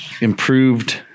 improved